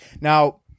Now